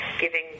giving